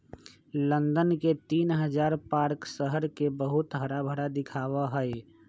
London के तीन हजार पार्क शहर के बहुत हराभरा दिखावा ही